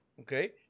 okay